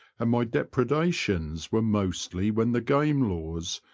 and my depre dations were mostly when the game laws